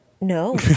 No